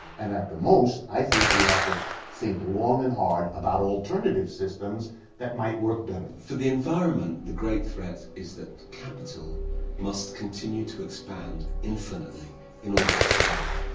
and at the most, i think we have to think long and hard about alternative systems that might work better. for the environment, the great threat is that capital must continue to expand infinitely in order to survive.